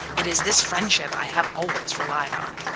it is this friendship i have always relied on,